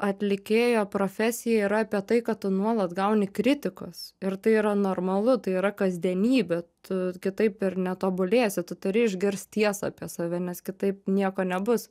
atlikėjo profesija yra apie tai kad tu nuolat gauni kritikos ir tai yra normalu tai yra kasdienybė tu kitaip ir netobulėsi tu turi išgirst tiesą apie save nes kitaip nieko nebus